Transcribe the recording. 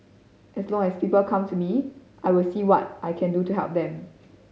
as long as people come to me I will see what I can do to help them